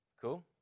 Cool